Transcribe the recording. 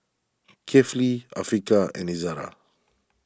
Kefli Afiqah and Izara